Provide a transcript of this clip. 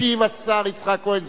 ישיב השר יצחק כהן,